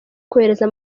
kohereza